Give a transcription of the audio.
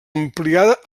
ampliada